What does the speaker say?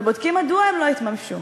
ובודקים מדוע הן לא התממשו,